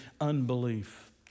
unbelief